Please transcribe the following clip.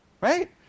Right